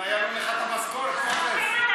אולי יעלו לך את המשכורת, מוזס.